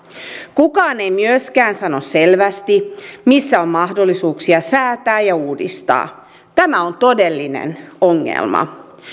kukaan ei myöskään sano selvästi missä on mahdollisuuksia säätää ja uudistaa tämä on todellinen ongelma